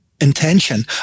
intention